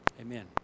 Amen